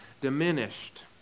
diminished